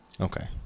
okay